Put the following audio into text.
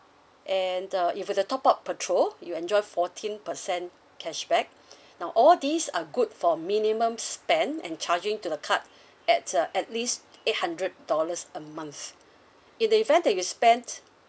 and uh if you were to top up petrol you enjoy fourteen percent cashback now all these are good for minimum spend and charging to the card at uh at least eight hundred dollars a month in the event that you spend